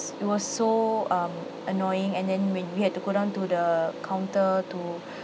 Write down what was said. it was so um annoying and then when we had to go down to the counter to